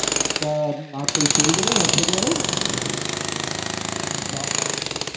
আর একটা নারকেল তেল দেবেন একশো গ্রামের আর পন্ডস পাউডার একটা দেবেন